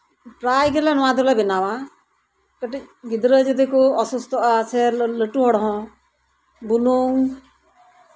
ᱯᱨᱟᱭ ᱜᱮᱞᱮ ᱵᱮᱱᱟᱣᱟ ᱠᱟᱹᱴᱤᱡ ᱜᱤᱫᱽᱨᱟᱹ ᱡᱚᱫᱤ ᱠᱚ ᱚᱥᱩᱥᱛᱷᱚᱜᱼᱟ ᱥᱮ ᱞᱟᱹᱴᱩ ᱦᱚᱲ ᱦᱚᱸ ᱵᱩᱞᱩᱝ